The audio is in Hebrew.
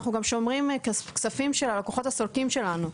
אנחנו גם שומרים כספים של הלקוחות הסולקים שלנו.